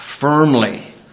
firmly